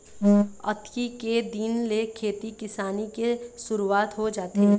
अक्ती के दिन ले खेती किसानी के सुरूवात हो जाथे